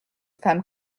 femme